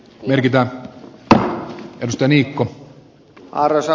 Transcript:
lydia pestä viikko arjessa